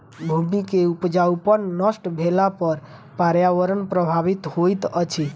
भूमि के उपजाऊपन नष्ट भेला पर पर्यावरण प्रभावित होइत अछि